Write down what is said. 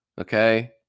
okay